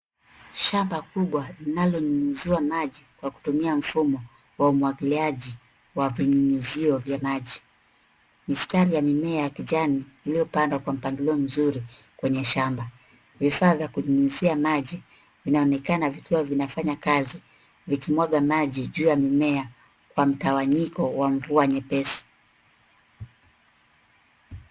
Shamba kubwa linalonyunyuziwa maji kwa kutumia mfumo wa umwagiliaji wa vinyunyuzio vya maji. Mistari ya mimea ya kijani iliyopandwa kwa mpangilio mzuri kwenye shamba. Vifaa vya kunyunyuzia maji vinaonekana vikiwa vinafanya kazi vikimwaga maji juu ya mimea kwa mtawanyiko wa mvua nyepesi.